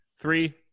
three